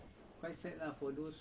mm